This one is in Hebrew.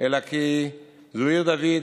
אלא כי זו עיר דוד,